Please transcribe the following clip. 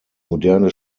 moderne